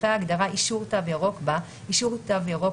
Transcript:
אחרי ההגדרה "אישור תו ירוק"" בא: ""אישור תו ירוק